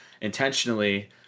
intentionally